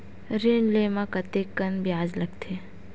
ऋण ले म कतेकन ब्याज लगथे?